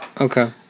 Okay